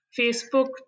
Facebook